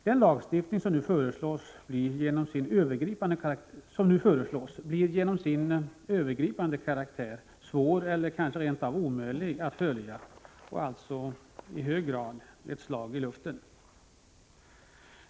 Den lagstiftning som nu föreslås blir genom sin övergripande karaktär svår eller kanske rent av omöjlig att följa och alltså i hög grad ett slag i luften.